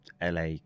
LA